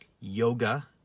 yoga